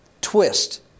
twist